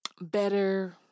better